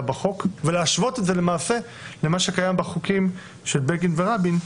בחוק ולהשוות את זה למעשה למה שקיים בחוקים של בגין ורבין,